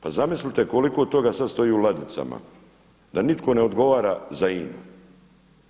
Pa zamislite koliko od toga sada stoji u ladicama, da nitko ne odgovara za INA-u.